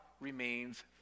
remains